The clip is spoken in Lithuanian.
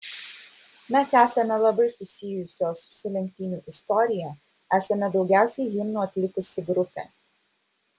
mes esame labai susijusios su lenktynių istorija esame daugiausiai himnų atlikusi grupė